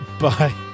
Bye